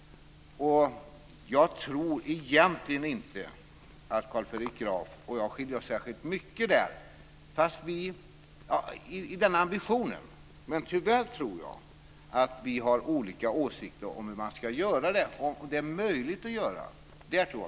Jag tror egentligen inte att Carl Fredrik Graf och jag skiljer oss särskilt mycket åt i den ambitionen. Men tyvärr tror jag att vi har olika åsikter om hur man ska genomföra det och om ifall det är möjligt att genomföra.